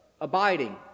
abiding